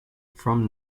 from